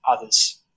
others